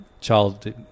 child